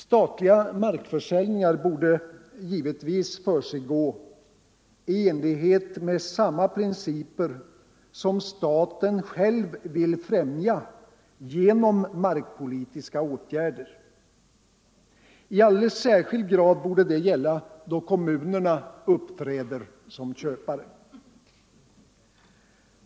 Statliga markförsäljningar borde givetvis försiggå i enlighet med de principer som staten själv vill främja genom markpolitiska åtgärder. I alldeles särskild grad borde detta gälla då kommunerna uppträder som köpare.